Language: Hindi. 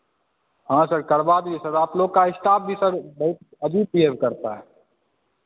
हाँ सर करवा दीजिए सर आप लोग का स्टाफ भी सर बहुत अजीब विहेब करता है